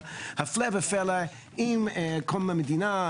אבל הפלא ופלא עם קום המדינה,